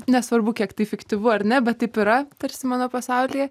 nesvarbu kiek tai fiktyvu ar ne bet taip yra tarsi mano pasaulyje